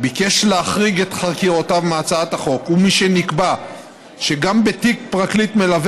ביקש להחריג את חקירותיו מהצעת החוק ומשנקבע שגם בתיק פרקליט מלווה